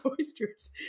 oysters